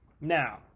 Now